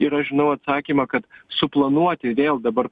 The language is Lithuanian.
ir aš žinau atsakymą kad suplanuoti vėl dabar